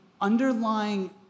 underlying